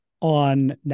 on